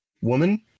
woman